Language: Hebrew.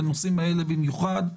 ובנושאים הללו במיוחד.